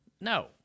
No